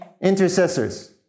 intercessors